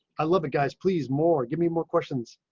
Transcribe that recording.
i love it. guys, please more. give me more questions.